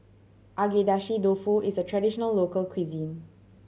Agedashi Dofu is a traditional local cuisine